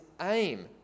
aim